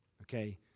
okay